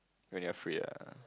when you are free ah